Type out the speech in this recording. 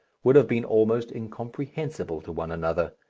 would have been almost incomprehensible to one another.